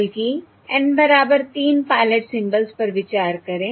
बल्कि N बराबर तीन पायलट सिंबल्स पर विचार करें